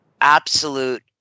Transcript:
absolute